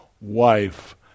wife